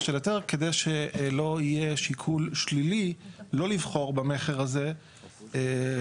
של היתר כדי שלא יהיה שיקול שלילי לא לבחור במכר הזה כך